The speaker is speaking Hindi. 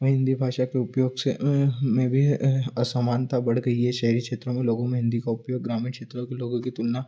हमें हिन्दी भाषा के उपयोग से हम में भी असमानता बढ़ गई है शहरी क्षेत्रों में लोगों में हिन्दी का उपयोग ग्रामीण क्षेत्रों के लोगों की तुलना